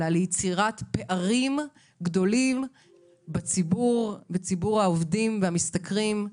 אלא ליצירת פערים גדולים בציבור העובדים והמשתכרים.